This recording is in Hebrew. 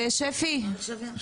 שפי,